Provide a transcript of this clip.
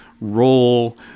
role